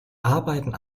arbeiten